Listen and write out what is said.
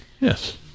Yes